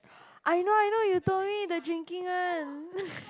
I know I know you told me the drinking one